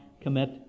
commit